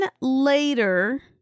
later